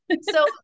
So-